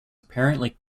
apparently